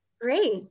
Great